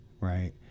right